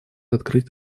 открыть